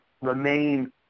remain